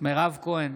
מירב כהן,